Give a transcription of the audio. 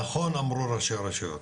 נכון אמרו ראשי הרשויות,